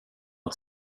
att